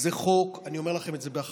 זה חוק, אני אומר לכם את זה באחריות,